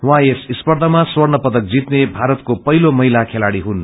उहाँ यस स्पर्यामा स्वर्ण पदक जीले भारतको पहिलो महिला खेलाड़ी हुन्